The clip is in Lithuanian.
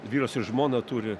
vyras ir žmona turi